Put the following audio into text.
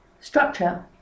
structure